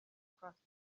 crossed